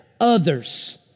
others